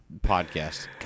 podcast